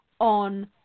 on